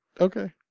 Okay